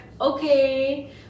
okay